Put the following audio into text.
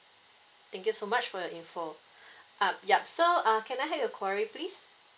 thank you so much for your info um yup so uh can I have your query please